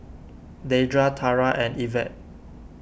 Deidra Tarah and Yvette